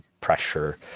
pressure